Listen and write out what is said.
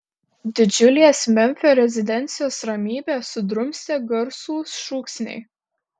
didžiulės memfio rezidencijos ramybę sudrumstė garsūs šūksniai